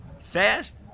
fast